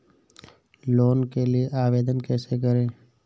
Loan के लिए आवेदन कैसे करें?